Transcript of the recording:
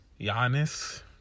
Giannis